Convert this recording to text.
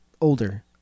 older